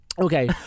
Okay